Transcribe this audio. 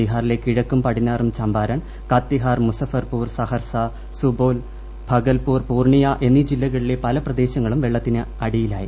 ബീഹാറിലെ കിഴക്കും പടിഞ്ഞാറും ചമ്പാരൺ കത്തിഹാർ മുസഫർപൂർ സഹർസ സുപോൽ ഭഗൽപൂർ പൂർണിയ എന്നീ ജില്ലകളിലെ പല പ്രദേശങ്ങളും വെള്ളത്തിനടിയിലായി